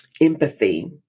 empathy